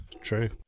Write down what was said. True